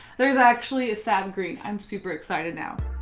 there's actually a sap green. i'm super excited now.